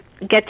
get